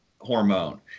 hormone